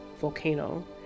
volcano